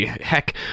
Heck